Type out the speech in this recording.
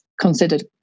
Considered